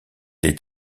est